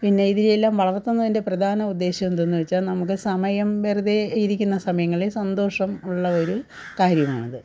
പിന്നെ ഇതിനെയെല്ലാം വളർത്തുന്നതിൻ്റെ പ്രധാന ഉദ്ദേശമെന്തെന്ന് വച്ചാൽ നമുക്ക് സമയം വെറുതെയിരിക്കുന്ന സമയങ്ങളിൽ സന്തോഷം ഉള്ള ഒരു കാര്യമാണത്